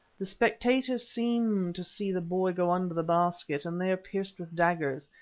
the spectators seem to see the boy go under the basket and there pierced with daggers,